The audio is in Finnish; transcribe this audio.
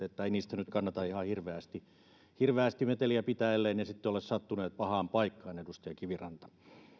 että ei niistä nyt kannata ihan hirveästi hirveästi meteliä pitää elleivät ne sitten ole sattuneet pahaan paikkaan edustaja kiviranta